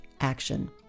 action